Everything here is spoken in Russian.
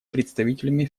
представителями